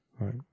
right